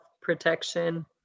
protection